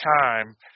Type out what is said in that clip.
time